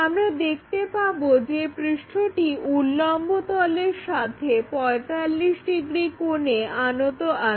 আমরা দেখতে পাবো যে পৃষ্ঠটি উল্লম্ব তলের সাথে 45 ডিগ্রি কোণে আনত রয়েছে